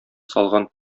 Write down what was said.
салган